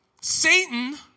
Satan